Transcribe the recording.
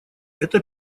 это